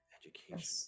Education